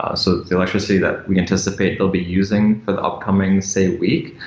ah so the electricity that we anticipate they'll be using for the upcoming, say, week.